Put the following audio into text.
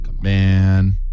man